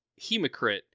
Hemocrit